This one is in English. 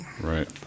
right